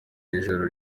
ijoro